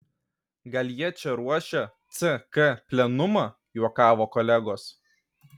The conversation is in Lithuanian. gal jie čia ruošia ck plenumą juokavo kolegos